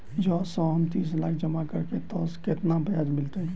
जँ हम तीस लाख जमा करबै तऽ केतना ब्याज मिलतै?